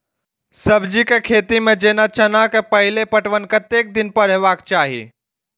सब्जी के खेती में जेना चना के पहिले पटवन कतेक दिन पर हेबाक चाही?